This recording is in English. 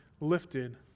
lifted